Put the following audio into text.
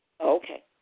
Okay